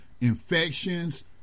infections